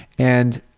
and